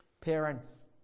parents